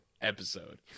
episode